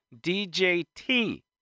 DJT